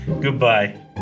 Goodbye